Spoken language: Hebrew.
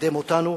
תקדם אותנו